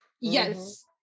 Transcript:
Yes